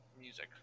music